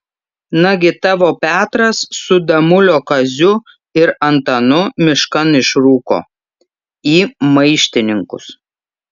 nagi tavo petras su damulio kaziu ir antanu miškan išrūko į maištininkus